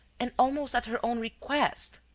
and almost at her own request!